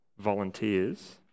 volunteers